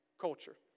culture